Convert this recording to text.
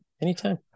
anytime